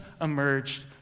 emerged